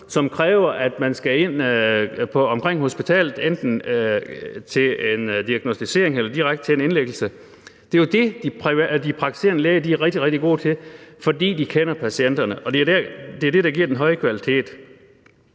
som kræver, at man skal ind omkring hospitalet, enten til en diagnosticering eller direkte til en indlæggelse. Det er jo det, de praktiserende læger er rigtig, rigtig gode til, fordi de kender patienterne. Og det er det, der giver den høje kvalitet.